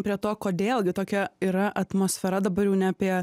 prie to kodėl gi tokia yra atmosfera dabar jau ne apie